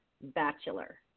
bachelor